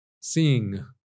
Seeing